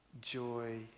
joy